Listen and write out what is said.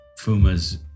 fumas